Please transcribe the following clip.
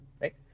right